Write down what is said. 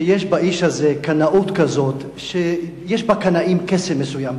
שיש באיש הזה קנאות כזאת שיש בקנאים קסם מסוים.